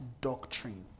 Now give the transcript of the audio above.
doctrine